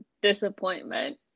disappointment